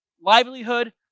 livelihood